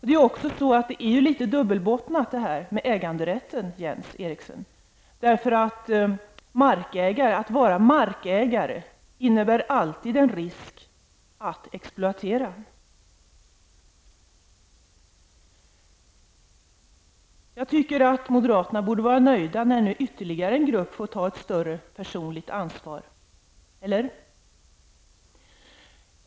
Det här med äganderätten är också litet dubbelbottnat, Jens Eriksson. Att vara markägare innebär alltid en risk att bli exploaterad. Jag tycker att moderaterna borde vara nöjda när nu ytterligare en grupp får ta ett större personligt ansvar, eller hur?